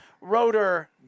Rotor